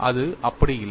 அது அப்படி இல்லை